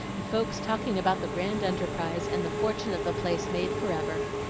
the folks talking about the grand enterprise, and the fortune of the place made forever.